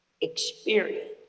experience